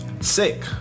sick